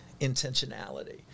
intentionality